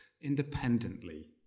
independently